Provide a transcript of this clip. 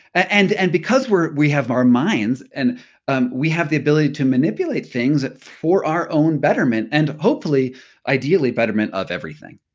and and because we have our minds and um we have the ability to manipulate things and for our own betterment and hopefully ideally betterment of everything.